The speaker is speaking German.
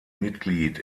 mitglied